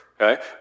Okay